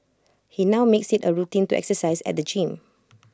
he now makes IT A routine to exercise at the gym